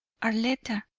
arletta!